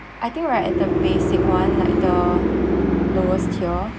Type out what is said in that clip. I think we're at the basic one like the lowest tier